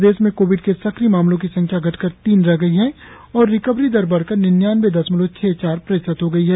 प्रदेश में कोविड के सक्रिय मामलों की संख्या घटकर तीन रह गई है और रिकवरी दर बढ़कर निन्यानवे दशमलव छह चार प्रतिशत हो गई है